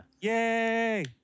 Yay